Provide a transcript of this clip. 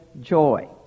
joy